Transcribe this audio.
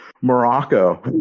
Morocco